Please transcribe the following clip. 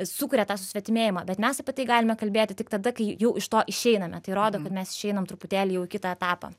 sukuria tą susvetimėjimą bet mes apie tai galime kalbėti tik tada kai jau iš to išeiname tai rodo kad mes išeinam truputėlį jau į kitą etapą